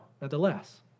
nevertheless